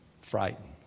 frightened